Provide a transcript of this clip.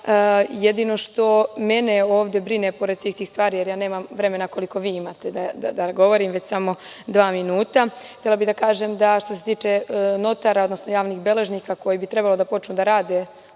Jedino što mene ovde brine pored svih tih stvari, jer ja nemam vremena koliko vi imate da govorim, već samo dva minuta. Htela bih da kažem da, što se tiče notara, odnosno javnih beležnika koji bi trebalo da počnu da rade ove